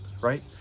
right